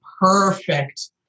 perfect